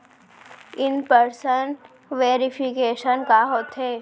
In person verification का होथे?